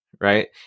right